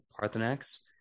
Parthenax